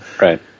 right